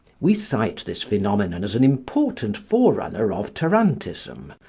we cite this phenomenon as an important forerunner of tarantism,